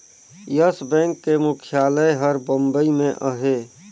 yes Bank के मुख्यालय हर बंबई में अहे